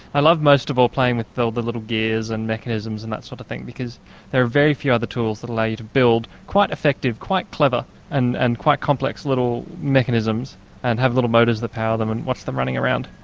i love most of all playing with all the little gears and mechanisms and that sort of thing because there are very few other tools that allow you to build quite effective, quite clever and and quite complex little mechanisms and have little motors that power them and watch them running around,